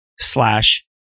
slash